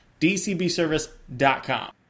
DCBService.com